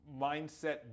mindset